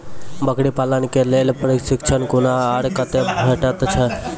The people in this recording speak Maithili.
बकरी पालन के लेल प्रशिक्षण कूना आर कते भेटैत छै?